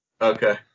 Okay